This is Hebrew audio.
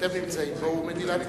שאתם נמצאים בו הוא מדינת ישראל.